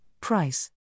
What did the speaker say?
price